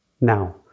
Now